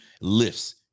lifts